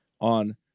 on